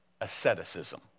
asceticism